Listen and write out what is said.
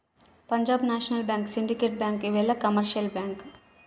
Punjab national bank syndicate bank ಇವೆಲ್ಲ commercial bank